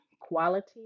Quality